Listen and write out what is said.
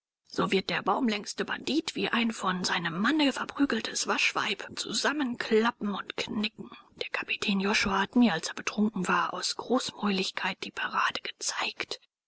so wird der baumlängste bandit wie ein von seinem manne verprügeltes waschweib zusammenklappen und knicken der kapitän josua hat mir als er betrunken war aus großmäuligkeit die parade gezeigt